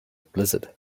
blizzard